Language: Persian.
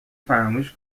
فراموش